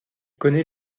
connaît